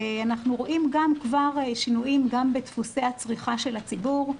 אנחנו רואים כבר שינויים גם בדפוסי הצריכה של הציבור.